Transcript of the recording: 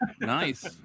Nice